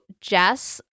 Jess